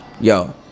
Yo